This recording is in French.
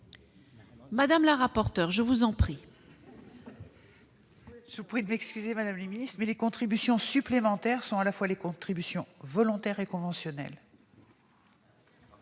Mme la rapporteur. Je vous prie de m'excuser, madame la ministre, mais les contributions supplémentaires sont à la fois les contributions volontaires et les